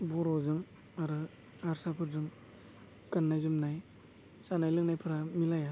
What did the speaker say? बर'जों आरो हारसाफोरजों गाननाय जोमनाय जानाय लोंनायफोरा मिलाया